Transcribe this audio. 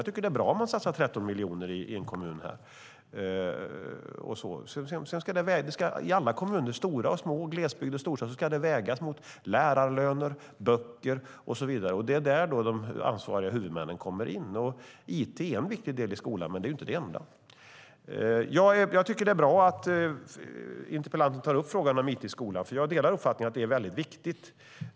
Jag tycker att det är bra om man satsar 13 miljoner i en kommun. I alla kommuner - stora som små, i glesbygd och i storstad - ska det vägas mot lärarlöner, böcker och så vidare. Det är där de ansvariga huvudmännen kommer in. It är en viktig del i skolan, men det är inte den enda. Jag tycker att det är bra att interpellanten tar upp frågan om it i skolan, för jag delar uppfattningen att det är väldigt viktigt.